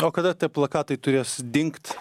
o kada tie plakatai turės dingt